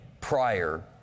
prior